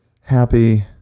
happy